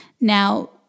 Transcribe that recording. Now